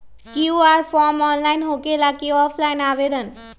QR form online होकेला कि offline आवेदन?